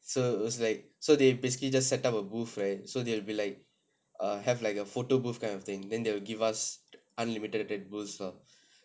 so it was like so they basically just set up a booth and so they'll be like err have like a photo booth kind of thing then they will give us unlimited red bulls lah